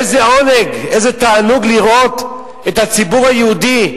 איזה עונג, איזה תענוג לראות את הציבור היהודי,